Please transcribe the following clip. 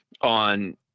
on